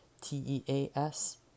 T-E-A-S